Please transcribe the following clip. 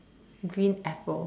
green apple